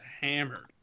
hammered